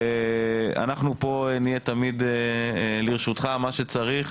ואנחנו פה נהיה תמיד לרשותך, מה שצריך